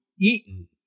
eaten